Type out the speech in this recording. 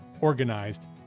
organized